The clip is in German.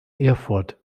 erfurt